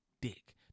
dick